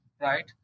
right